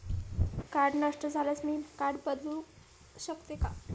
Card नष्ट झाल्यास मी कार्ड बदलू शकते का?